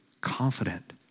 confident